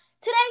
today